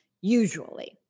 usually